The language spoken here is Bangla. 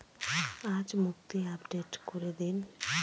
আজ মুক্তি আপডেট করে দিন